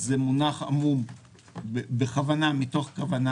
זה מונח עמום מתוך כוונה.